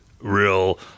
real